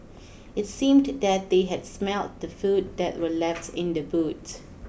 it seemed that they had smelt the food that were left in the boot